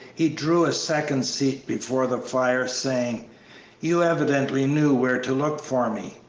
he drew a second seat before the fire, saying you evidently knew where to look for me?